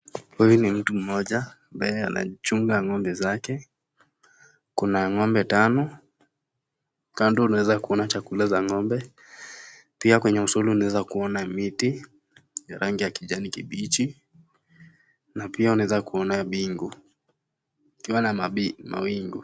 Huyu ni mtu mmoja ambaye anachunga ng'ombe zake. Kuna ng'ombe tano, kando unaeza kuona chakula za ng'ombe, pia kwenye msulu unaeza kuona miti ya rangi ya kijani kibichi na pia unaeza kuona mbingu ikiwa na mawingu.